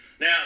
Now